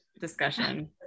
discussion